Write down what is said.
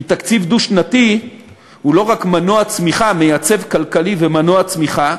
כי תקציב דו-שנתי הוא לא רק מייצב כלכלי ומנוע צמיחה,